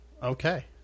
Okay